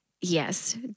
yes